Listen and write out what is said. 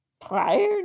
prior